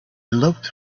looked